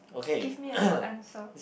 give me a good answer